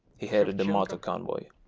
he headed the motor convoy